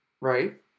right